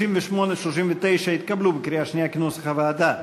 38 ו-39 נתקבלו בקריאה שנייה כנוסח הוועדה.